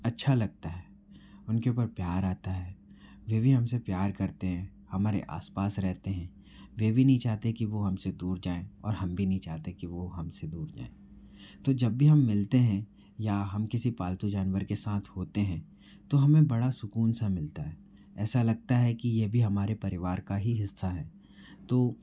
अच्छा लगता है उनके ऊपर प्यार आता है वे भी हमसे प्यार करते हैं हमारे आसपास रहते हैं वे भी नहीं चाहते कि वो हमसे दूर जाएँ और हम भी नहीं चाहते कि वो हमसे दूर जाएँ तो जब भी हम मिलते हैं या हम किसी पालतू जानवर के सथ होते हैं तो हमें बड़ा सुकून सा मिलता है ऐसा लगता है कि ये भी हमारे परिवार का ही हिस्सा है तो